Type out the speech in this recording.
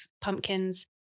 pumpkins